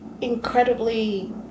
incredibly